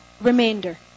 remainder